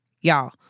y'all